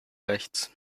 rechts